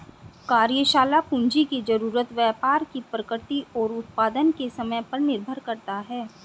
कार्यशाला पूंजी की जरूरत व्यापार की प्रकृति और उत्पादन के समय पर निर्भर करता है